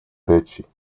речи